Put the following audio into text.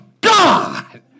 God